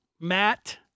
Matt